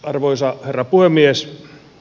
arvoisa herra puhemies